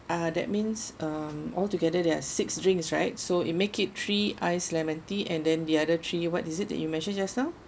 ah that means um altogether there are six drinks right so you make it three ice lemon tea and then the other three what is it that you mentioned just now